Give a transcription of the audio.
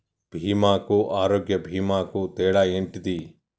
బీమా కు ఆరోగ్య బీమా కు తేడా ఏంటిది?